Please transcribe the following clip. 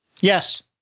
Yes